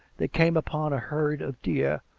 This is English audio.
they came upon a herd of deer,